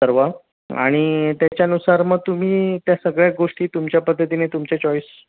सर्व आणि त्याच्यानुसार मग तुम्ही त्या सगळ्या गोष्टी तुमच्या पद्धतीने तुमच्या चॉईस